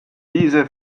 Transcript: diese